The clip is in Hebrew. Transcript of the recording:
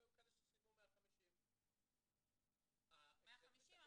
היו כאלה ששילמו 150. 150,